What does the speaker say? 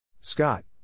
Scott